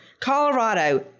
Colorado